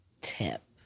tip